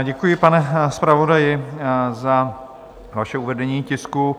Děkuji, pane zpravodaji, za vaše uvedení tisku.